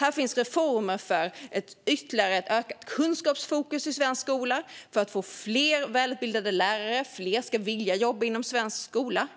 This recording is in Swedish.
Här finns reformer för ett ytterligare ökat kunskapsfokus i svensk skola, för att få fler välutbildade lärare, för att fler ska vilja jobba inom svensk skola